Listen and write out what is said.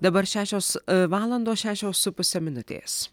dabar šešios valandos šešios su puse minutės